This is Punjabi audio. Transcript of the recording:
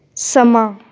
ਸਮਾਂ